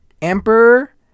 Emperor